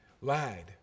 lied